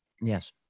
Yes